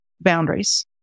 boundaries